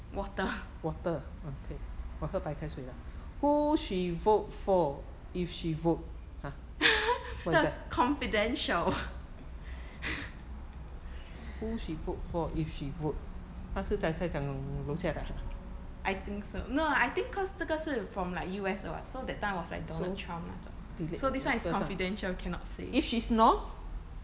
water confidential I think so no I think cause 这个是 like from like U_S 的 [what] so that time was like donald trump 那种 so this one is confidential cannot say